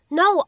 no